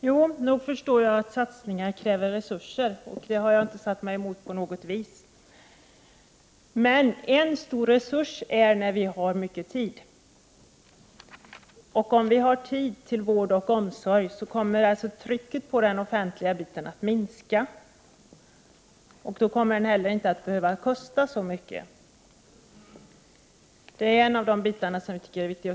Fru talman! Jo, nog förstår jag att satsningar kräver resurser, och det har jag inte satt mig emot på något vis. En stor resurs är när vi har mycket tid. Om vi har tid till vård och omsorg, kommer trycket på den offentliga verksamheten att minska, och då kommer den heller inte att behöva kosta så mycket. Det är en av de bitar som vi tycker är viktiga.